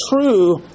true